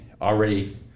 already